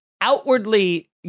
outwardly